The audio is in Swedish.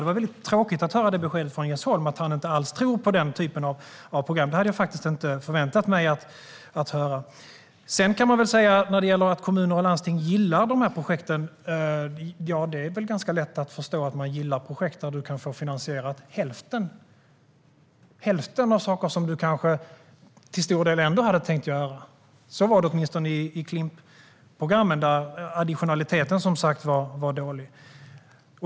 Det var väldigt tråkigt att höra från Jens Holm att han inte alls tror på den typen av program. Det hade jag faktiskt inte förväntat mig. Att kommuner och landsting gillar dessa projekt är väl ganska lätt att förstå - de kan ju få finansiering till hälften av saker som de kanske till stor del ändå hade tänkt göra. Så var det åtminstone med Klimp:en, där additionaliteten som sagt var dålig.